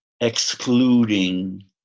excluding